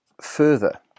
further